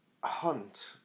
hunt